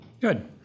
Good